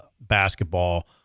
basketball